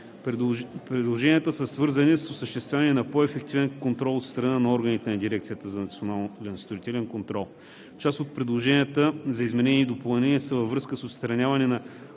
Предложенията са свързани с осъществяването на по-ефективен контрол от страна на органите на Дирекцията за национален строителен контрол. Част от предложенията за изменения и допълнения са във връзка с отстраняване на